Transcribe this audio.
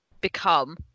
become